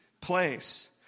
place